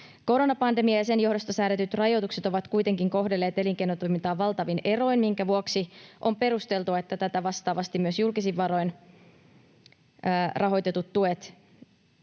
Koronapandemia ja sen johdosta säädetyt rajoitukset ovat kuitenkin kohdelleet elinkeinotoimintaa valtavin eroin, minkä vuoksi on perusteltua, että tätä vastaavasti myös julkisin varoin rahoitetut tuet